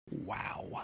wow